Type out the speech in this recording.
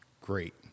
great